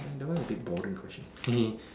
that one a bit boring question